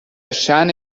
شأن